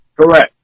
Correct